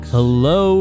Hello